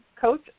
coach